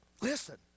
Listen